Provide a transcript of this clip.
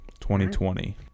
2020